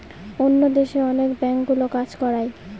অন্য দেশে অনেক ব্যাঙ্কগুলো কাজ করায়